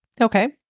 Okay